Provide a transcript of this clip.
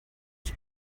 ich